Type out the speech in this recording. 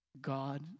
God